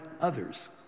others